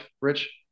Rich